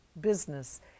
business